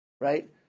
right